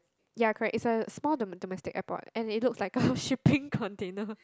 ya correct it's a small domes~ domestic airport and it looks like a shipping container